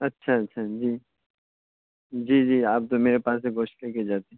اچھا اچھا جی جی جی آپ تو میرے پاس سے گوشت لے کے جاتے ہیں